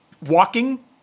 walking